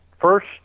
first